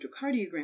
electrocardiogram